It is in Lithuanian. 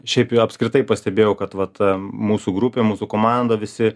šiaip apskritai pastebėjau kad vat mūsų grupė mūsų komanda visi